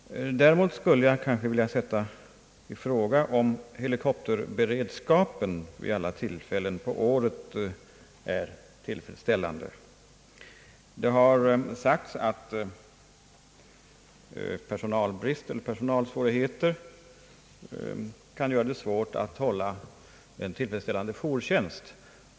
Däremot skulle jag vilja sätta i fråga om helikopterberedskapen under alla tider på året är tillfredsställande. Det har sagts att personalsvårigheter kan göra det svårt att hålla en tillfredsställande jourtjänst.